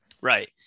right